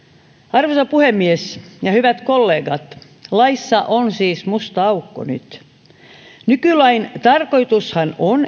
arvoisa puhemies ja hyvät kollegat laissa on siis musta aukko nyt nykylain tarkoitushan on